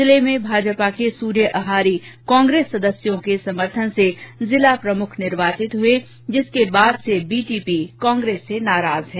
जिले में भाजपा के सूर्य अहारी कांग्रेस सदस्यों के समर्थन से जिला प्रमुख निर्वाचित हुए जिसके बाद से बीटीपी कांग्रेस से नाराज है